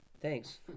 Thanks